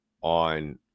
on